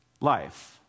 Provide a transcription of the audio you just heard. life